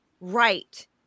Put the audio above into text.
right